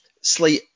slight